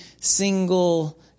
single